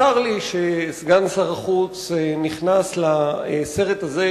צר לי שסגן שר החוץ נכנס לסרט הזה,